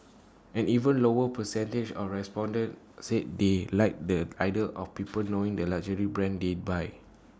an even lower percentage of respondents said they like the idea of people knowing the luxury brands they buy